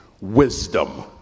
wisdom